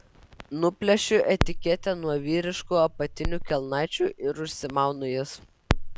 nuplėšiu etiketę nuo vyriškų apatinių kelnaičių ir užsimaunu jas